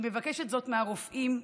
היא מבקשת זאת מהרופאים,